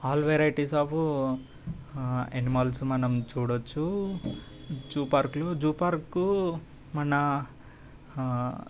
all varieties of animals మనం చూడొచ్చు zoo పార్క్లో జూ పార్క్ మన